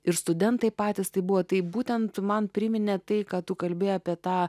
ir studentai patys tai buvo tai būtent man priminė tai ką tu kalbi apie tą